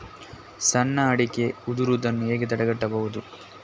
ಸಣ್ಣ ಅಡಿಕೆ ಉದುರುದನ್ನು ಹೇಗೆ ತಡೆಗಟ್ಟಬಹುದು?